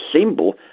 symbol